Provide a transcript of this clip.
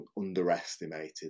underestimated